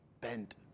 bent